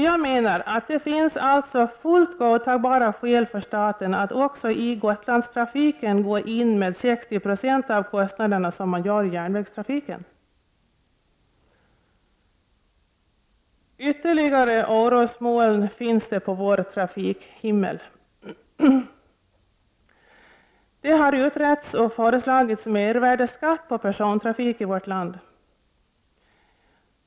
Jag menar att det alltså finns fullt godtagbara skäl för staten att också i Gotlandstrafiken täcka 60 90 av kostnaderna som man gör i järnvägstrafiken. Ytterligare orosmoln finns på vår trafikhimmel. Det har utretts och föreslagits mervärdeskatt på persontrafik i vårt land.